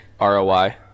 ROI